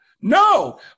No